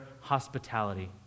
hospitality